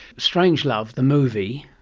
strangelove, the movie,